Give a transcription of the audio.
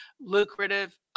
lucrative